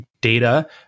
data